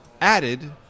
added